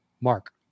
Mark